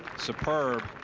superb.